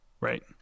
Right